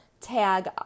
Tag